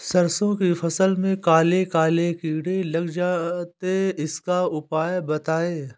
सरसो की फसल में काले काले कीड़े लग जाते इसका उपाय बताएं?